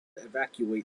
evacuate